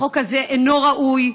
החוק הזה אינו ראוי,